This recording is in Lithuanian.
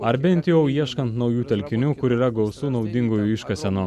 ar bent jau ieškant naujų telkinių kur yra gausu naudingųjų iškasenų